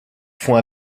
font